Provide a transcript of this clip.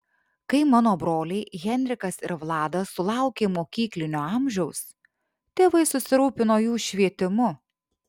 kai mano broliai henrikas ir vladas sulaukė mokyklinio amžiaus tėvai susirūpino jų švietimu